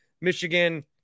Michigan